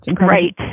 Right